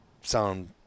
sound